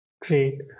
great